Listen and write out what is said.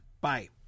Bye